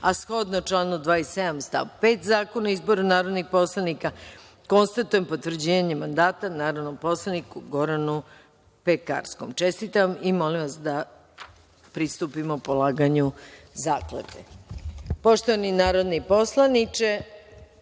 a shodno članu 27. stav 5. Zakona o izboru narodnih poslanika, konstatujem potvrđivanje mandata narodnom poslaniku Goranu Pekarskom. Čestitam i molim da pristupimo polaganju zakletve. Poštovani narodni poslaniče,